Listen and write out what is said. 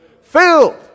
Filled